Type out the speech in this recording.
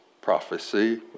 prophecy